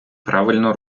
правильно